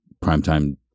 primetime